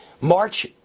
March